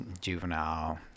juvenile